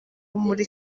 muri